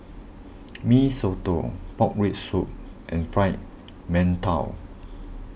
Mee Soto Pork Rib Soup and Fried Mantou